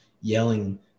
yelling